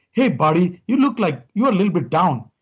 hey buddy, you look like you a little bit down.